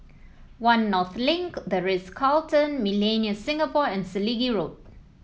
One North Link The Ritz Carlton Millenia Singapore and Selegie Road